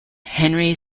henry